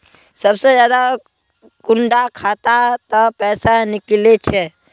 सबसे ज्यादा कुंडा खाता त पैसा निकले छे?